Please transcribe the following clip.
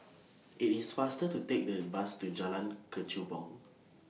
IT IS faster to Take The Bus to Jalan Kechubong